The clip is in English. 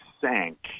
sank